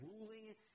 ruling